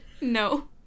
No